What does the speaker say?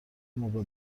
موقع